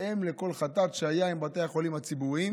אם כל חטאת שהיה עם בתי החולים הציבוריים